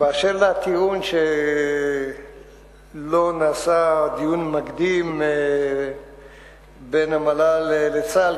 באשר לטיעון שלא היה דיון מקדים בין המל"ל לצה"ל,